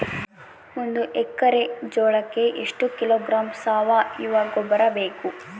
ಒಂದು ಎಕ್ಕರೆ ಜೋಳಕ್ಕೆ ಎಷ್ಟು ಕಿಲೋಗ್ರಾಂ ಸಾವಯುವ ಗೊಬ್ಬರ ಬೇಕು?